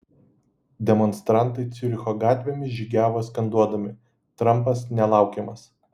demonstrantai ciuricho gatvėmis žygiavo skanduodami trampas nelaukiamas